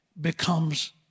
becomes